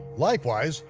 likewise,